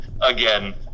again